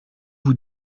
vous